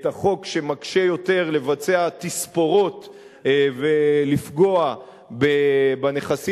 את החוק שמקשה יותר לבצע תספורות ולפגוע בנכסים